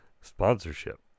sponsorship